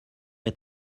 est